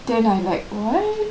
then I like what